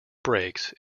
brakes